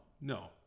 no